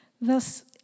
thus